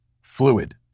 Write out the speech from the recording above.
fluid